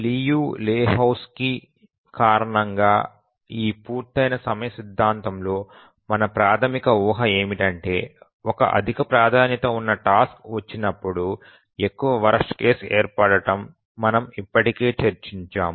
Liu Lehoczky కారణంగా ఈ పూర్తయిన సమయ సిద్ధాంతంలో మన ప్రాథమిక ఊహ ఏమిటంటే ఒక అధిక ప్రాధాన్యత ఉన్న టాస్క్ వచ్చినప్పుడు ఎక్కువ వరస్ట్ కేసు ఏర్పడటం మనము ఇప్పటికే చర్చించాము